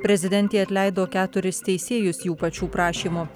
prezidentė atleido keturis teisėjus jų pačių prašymu